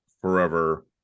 forever